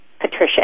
Patricia